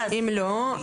אם לא,